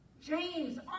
James